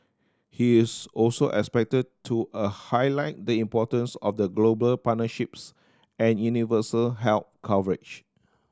he is also expected to a highlight the importance of global partnerships and universal health coverage